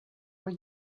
were